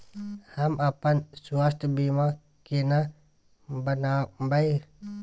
हम अपन स्वास्थ बीमा केना बनाबै?